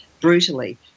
brutally